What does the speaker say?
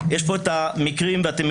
סליחה, זה לא העלבה, זה איום.